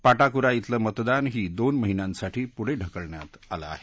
पाटाकुरा खेलं मतदान ही दोन महिन्यांसाठी पुढे ढकलण्यात आलं आहे